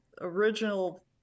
original